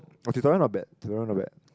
orh tutorial not bad tutorial not bad